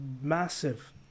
massive